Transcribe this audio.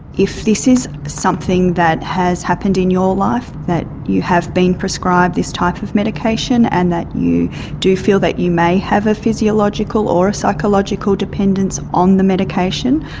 if this is something that has happened in your life, that you have been prescribed this type of medication and that you do feel that you may have a physiological or a psychological dependence on the medication,